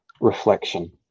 reflection